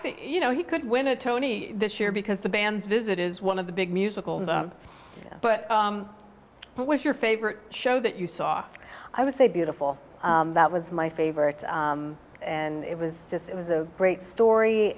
think you know he could win a tony this year because the band's visit is one of the big musical in the but what was your favorite show that you saw i would say beautiful that was my favorite and it was just it was a great story